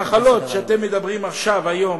המחלות שאתם מדברים עליהן,